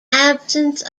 absence